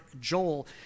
Joel